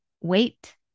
wait